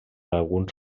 alguns